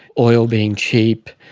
oil being cheap,